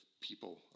people